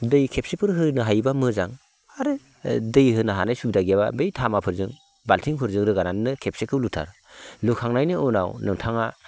दै खेबसेफोर होनो हायोबा मोजां आरो दै होनो हानाय सुबिदा गैयाबा बै धामाफोरजों बाल्थिंफोरजों रोगानानै नों खेबसेखौ लुथार लुखांनायनि उनाव नोंथाङा